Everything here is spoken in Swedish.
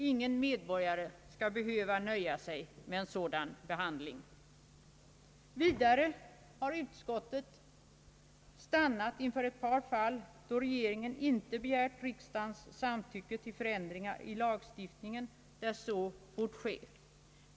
Ingen medborgare skall behöva nöja sig med en sådan behandling. Vidare har utskottet stannat inför ett par fall, då regeringen inte begärt riksdagens samtycke till förändringar i lagstiftningen där så bort ske.